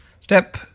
Step